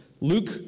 Luke